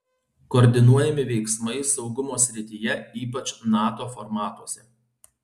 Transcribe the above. koordinuojami veiksmai saugumo srityje ypač nato formatuose